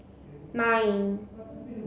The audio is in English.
nine